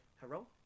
hello